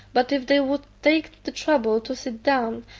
but if they would take the trouble to sit down,